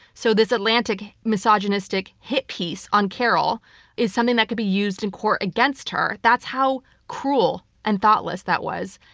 so this atlantic misogynistic hit piece on carole is something that can be used in court against her. that's how cruel and thoughtless that was.